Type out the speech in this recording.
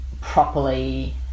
properly